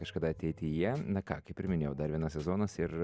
kažkada ateityje na ką kaip ir minėjau dar vienas sezonas ir